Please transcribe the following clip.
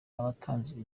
abatanze